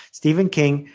stephen king,